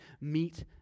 meet